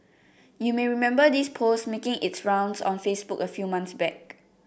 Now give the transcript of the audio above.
you may remember this post making its rounds on Facebook a few months back